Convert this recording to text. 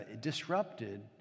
disrupted